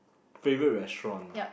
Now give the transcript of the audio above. favourite restaurant